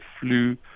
flu